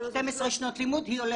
ה-12 שנות לימוד?